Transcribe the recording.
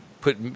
put